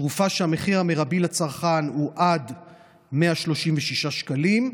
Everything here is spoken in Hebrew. על תרופה שהמחיר המרבי לצרכן הוא עד 136 שקלים,